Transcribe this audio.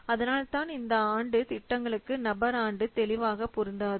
அதனால்தான் இந்த ஆண்டு திட்டங்களுக்கு நபர் ஆண்டு தெளிவாக பொருந்தாது